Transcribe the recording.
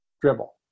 dribble